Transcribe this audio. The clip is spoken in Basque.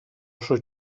oso